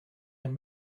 and